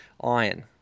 iron